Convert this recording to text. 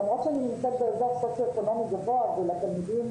למרות שאני נמצאת באיזור סוציו אקונומי גבוה ולתלמידים,